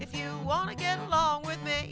if you want to get along with me